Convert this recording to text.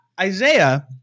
Isaiah